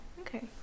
Okay